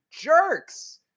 jerks